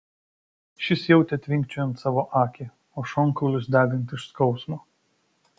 šis jautė tvinkčiojant savo akį o šonkaulius degant iš skausmo